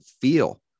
feel